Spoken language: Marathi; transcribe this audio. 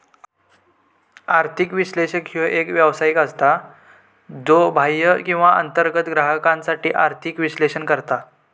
आर्थिक विश्लेषक ह्यो एक व्यावसायिक असता, ज्यो बाह्य किंवा अंतर्गत ग्राहकांसाठी आर्थिक विश्लेषण करता